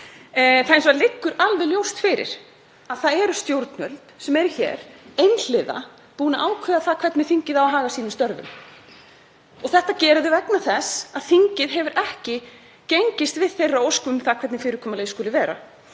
Hins vegar liggur alveg ljóst fyrir að það eru stjórnvöld sem eru hér einhliða búin að ákveða það hvernig þingið á að haga sínum störfum. Þetta gera þau vegna þess að þingið hefur ekki gengist við ósk þeirra um það hvernig fyrirkomulagið skuli vera.